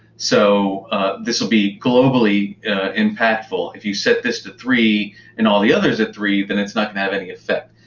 so this will be globally impactful. if you set this to three and all the others are three, then it's not going to have any effect.